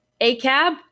ACAB